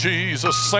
Jesus